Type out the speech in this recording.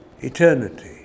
eternity